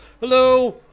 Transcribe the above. Hello